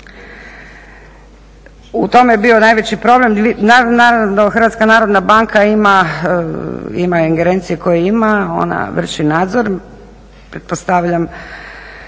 U tome je bio najveći problem, naravno HNB ima ingerencije koje ima, ona vrši nadzor, pretpostavljam